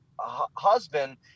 husband